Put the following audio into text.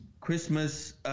Christmas